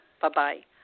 Bye-bye